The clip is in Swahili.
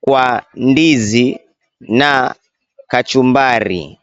kwa ndizi na kachumbari.